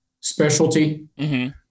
specialty